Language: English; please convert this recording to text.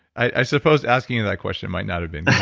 i suppose asking you that question might not have been